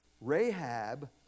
Rahab